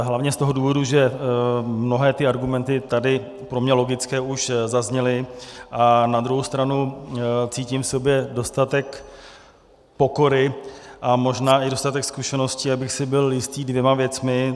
Hlavně z toho důvodu, že mnohé ty argumenty, tady pro mě logické, už zazněly, a na druhou stranu cítím v sobě dostatek pokory a možná i dostatek zkušeností, abych si byl jistý dvěma věcmi.